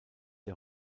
der